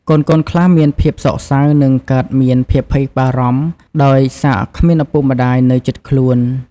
កូនៗខ្លះមានភាពសោកសៅ និងកើតមានភាពភ័យបារម្ភដោយសារគ្មានឪពុកម្តាយនៅជិតខ្លួន។